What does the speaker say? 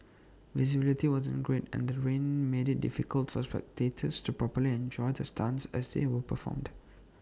visibility wasn't great and the rain made IT difficult for spectators to properly enjoy the stunts as they were performed